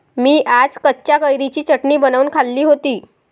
मी आज कच्च्या कैरीची चटणी बनवून खाल्ली होती